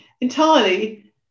entirely